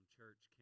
church